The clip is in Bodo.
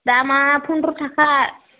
दामआ पन्द्र' थाखा